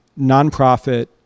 nonprofit